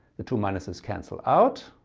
the two minuses cancel out.